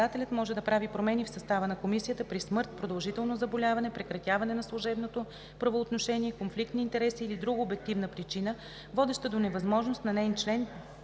Министър-председателят може да прави промени в състава на комисията при смърт, продължително заболяване, прекратяване на служебното правоотношение, конфликт на интереси или друга обективна причина, водеща до невъзможност на неин член